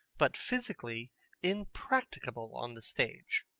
but physically impracticable on the stage.